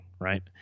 right